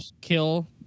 kill